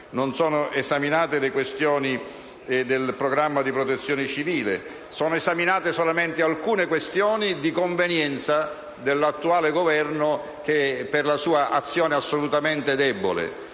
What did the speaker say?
energetiche e le questioni relative al programma di protezione civile. Sono esaminate solamente alcune questioni di convenienza dell'attuale Governo per la sua azione assolutamente debole.